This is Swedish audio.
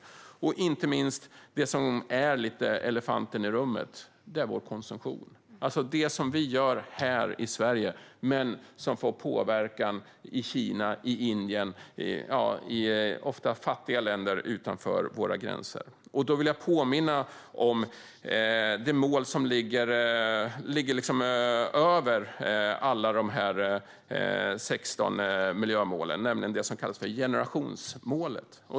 Det som inte minst är elefanten i rummet är vår konsumtion här i Sverige som får påverkan i Kina och Indien, ofta i fattiga länder utanför våra gränser. Då vill jag påminna om det mål som ligger över alla de 16 miljömålen, nämligen det som kallas för generationsmålet.